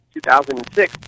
2006